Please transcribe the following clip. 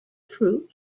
fruit